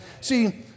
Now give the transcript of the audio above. See